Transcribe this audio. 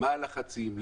מה הלחצים,